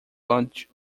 launch